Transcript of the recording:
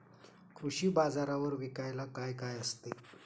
कृषी बाजारावर विकायला काय काय असते?